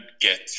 get